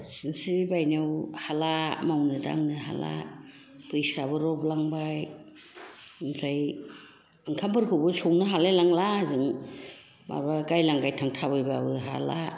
सिनस्रि बायनायाव हाला मावनो दांनो हाला बैसोआबो रबलांबाय ओमफ्राय ओंखामफोरखौबो संनो हालाय लांला ओजों माबा गायलां गायथां थाबायबाबो हाला